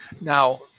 Now